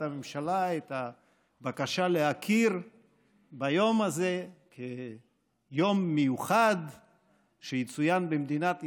הממשלה את הבקשה להכיר ביום הזה כיום מיוחד שיצוין במדינת ישראל,